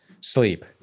sleep